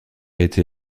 été